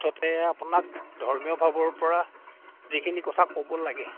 মুঠতে আপোনাক ধৰ্মীয়ভাৱৰ পৰা যিখিনি কথা ক'ব লাগে